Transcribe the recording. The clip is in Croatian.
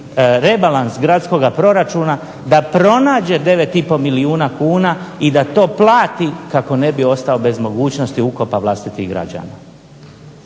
rebalans gradskog proračuna da pronađe 9,5 milijuna kuna i da to plati kako ne bi ostao bez mogućnosti ukopa vlastitih građana.